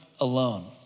alone